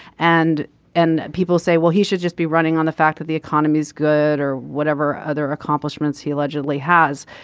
and and people say well he should just be running on the fact that the economy's good or whatever other accomplishments he allegedly has.